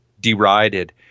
derided